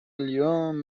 اليوم